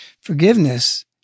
forgiveness